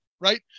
right